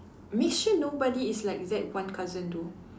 make sure nobody is like that one cousin though